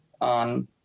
on